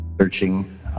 searching